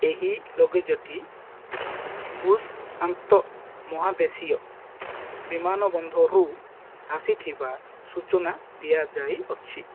ଏହି ଲଗେଜ୍ଟି ବୁଶ୍ ଆନ୍ତଃମହାଦେଶୀୟ ବିମାନବନ୍ଦରରୁ ଆସିଥିବା ସୂଚନା ଦିଆଯାଇ ଅଛି